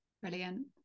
Brilliant